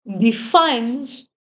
defines